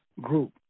group